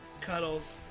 Cuddles